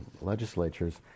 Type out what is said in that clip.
legislatures